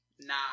Nah